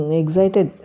excited